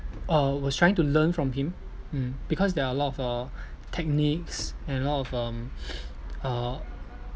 or was trying to learn from him mm because there are a lot of uh techniques and lot of um uh